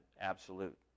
absolute